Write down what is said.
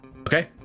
okay